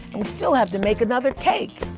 and we still have to make another cake.